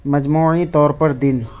مجموعی طور پر دن